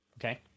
Okay